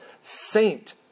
saint